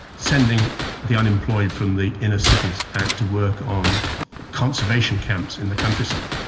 sending the unemployed from the inner cities to work on conservation camps in the countryside.